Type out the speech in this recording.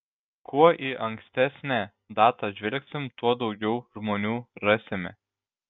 kuo į ankstesnę datą žvelgsime tuo daugiau žmonių rasime